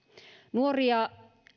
nuoria